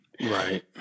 right